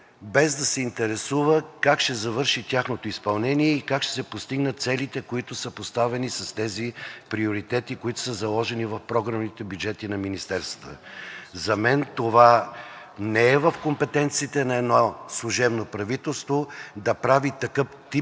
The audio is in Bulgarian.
без да се интересува как ще завърши тяхното изпълнение и как ще се постигнат целите, които са поставени с тези приоритети, които са заложени в програмните бюджети на министерствата. За мен това не е в компетенциите на едно служебно правителство да прави такъв тип